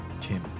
Tim